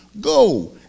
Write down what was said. Go